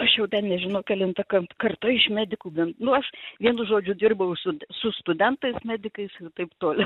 aš jau ten nežinau kelinta kant karta iš medikų ben nu aš vienu žodžiu dirbau su t su studentais medikais ir taip toliau